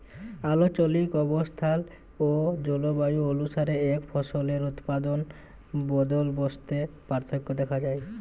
আলচলিক অবস্থাল অ জলবায়ু অলুসারে একই ফসলের উৎপাদল বলদবস্তে পার্থক্য দ্যাখা যায়